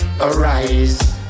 arise